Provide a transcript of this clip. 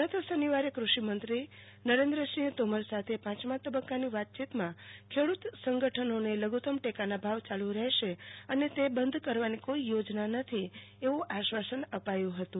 ગત સોમવારે કૃષિમંત્રી નરેન્દ્રસિંહ તોમર સાથે પાંચમાં તબક્કાની વાતચીતમાં ખેડુત સંગઠનોને લધુત્તમ ટેકાના ભાવ ચાલુ રહેશે અને તે બંધ કરવાની કોઈ યોજના નથી એવુ આશ્વાસન અપાયુ હતું